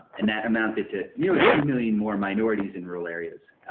and that amounted to nearly two million more minorities in rural areas.